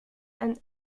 and